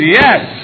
yes